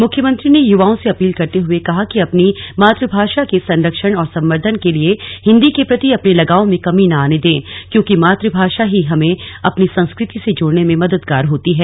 मुख्यमंत्री ने युवाओं से अपील करते हुए कहा कि अपनी मातु भाषा के सरंक्षण और सवर्दधन के लिए हिन्दी के प्रति अपने लगाव में कमी न आने दें क्योंकि मातु भाषा ही हमें अपनी संस्क्र ति से जोड़ने में मददगार होती है